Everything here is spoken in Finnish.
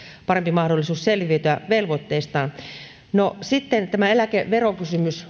parempi mahdollisuus selviytyä velvoitteistaan sitten myös tämä eläkeverokysymys